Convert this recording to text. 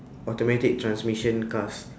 automatic transmission cars